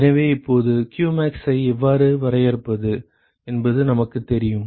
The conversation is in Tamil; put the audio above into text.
எனவே இப்போது qmax ஐ எவ்வாறு வரையறுப்பது என்பது நமக்குத் தெரியும்